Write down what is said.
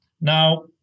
Now